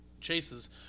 Chase's